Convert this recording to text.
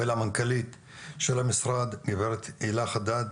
ולמנכ"לית של המשרד גברת הילה חדד,